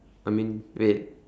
I mean wait